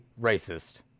racist